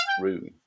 room